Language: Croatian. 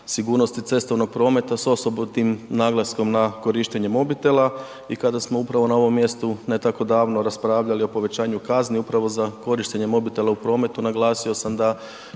cestovnog prometa s osobitim naglaskom na korištenje mobitela i kada smo upravo na ovom mjestu ne tako davno raspravljali o povećanju kazni upravo za korištenje mobitela u prometu, naglasio sam da